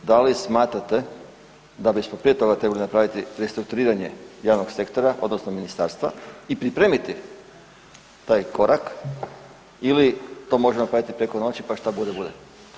Da li smatrate da bismo prije toga trebali napraviti restrukturiranje javnog sektora odnosno ministarstva i pripremiti taj korak ili to možemo napraviti preko noći, pa šta bude bude?